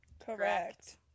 Correct